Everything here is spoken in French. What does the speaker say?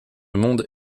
monde